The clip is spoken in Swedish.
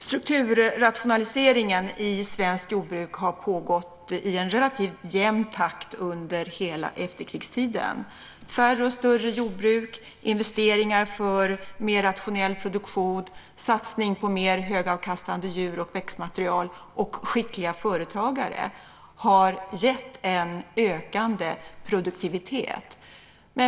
Strukturrationaliseringen i svenskt jordbruk har pågått i en relativt jämn takt under hela efterkrigstiden. Färre och större jordbruk, investeringar för mer rationell produktion, satsning på mer högavkastande djur och växtmaterial och skickliga företagare har gett en ökande produktivitet.